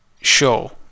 show